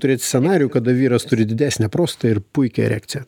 turėt scenarijų kada vyras turi didesnę prostatą ir puikią erekciją